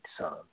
son